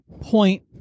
point